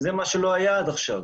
וזה מה שלא היה עד עכשיו.